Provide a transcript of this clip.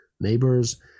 neighbors